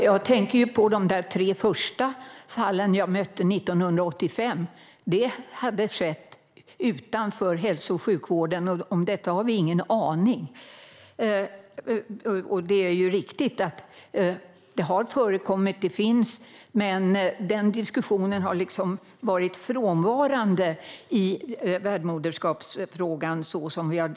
Herr talman! Jag tänker på de tre första fall jag mötte 1985. Där hade det skett utanför hälso och sjukvården, och om detta har vi ingen aning. Det är riktigt att detta har förekommit och finns, men den diskussionen har varit frånvarande i värdmoderskapsfrågan.